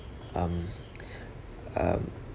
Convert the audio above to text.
um um